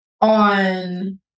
on